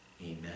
Amen